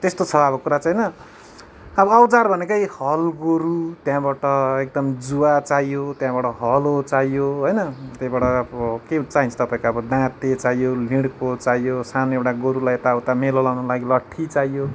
त्यस्तो छ अब कुरा चाहिँ होइन अब औजार भनेकै हल गोरु त्यहाँबाट एकदम जुवा चाहियो त्यहाँबाट हलो चाहियो होइन त्यहाँबाट अब के चाहिन्छ तपाईँको दाँते चाहियो लिँड्को चाहियो सानो एउटा गोरूलाई यताउता मेलो लगाउनुलाई लट्ठी चाहियो